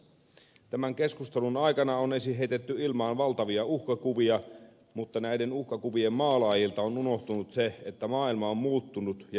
tämän keskustelun aikana on heitetty ilmaan valtavia uhkakuvia mutta näiden uhkakuvien maalaajilta on unohtunut se että maailma on muuttunut ja vääjäämättä muuttuu